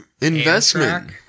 investment